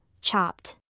chopped